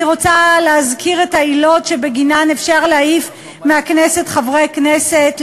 אני רוצה להזכיר את העילות שבגינן אפשר להעיף מהכנסת חברי כנסת,